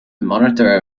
monitor